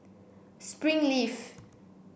spring leaf